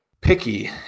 picky